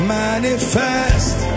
manifest